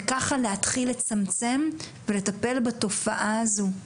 וככה להתחיל לצמצם ולטפל בתופעה הזו,